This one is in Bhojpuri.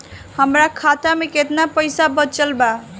हमरा खाता मे केतना पईसा बचल बा?